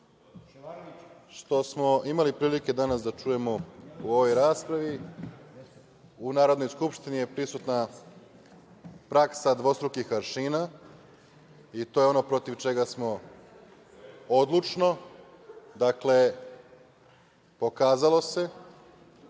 što smo imali prilike danas da čujemo u ovoj raspravi, u Narodnoj skupštini je prisutna praksa dvostrukih aršina i to je ono protiv čega smo odlučno. Dakle, pokazalo se